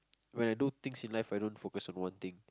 when I do things in life I don't focus on one thing